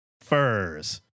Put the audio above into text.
furs